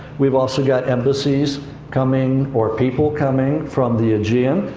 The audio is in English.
we've also got embassies coming, or people coming, from the aegean.